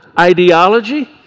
ideology